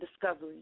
discovery